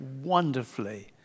wonderfully